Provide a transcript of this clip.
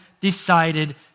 decided